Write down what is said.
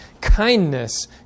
kindness